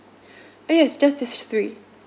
oh yes just these three